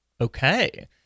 Okay